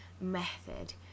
method